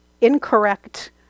incorrect